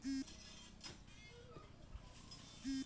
अमेरिकात सामुदायिक विकास बैंकेर अवधारणा तीन दशक पहले स विकसित छ